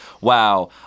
wow